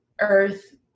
earth